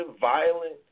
violent